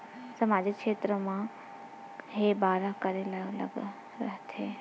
सामाजिक क्षेत्र मा रा हे बार का करे ला लग थे